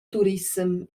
turissem